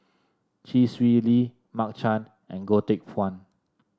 Chee Swee Lee Mark Chan and Goh Teck Phuan